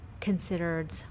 considered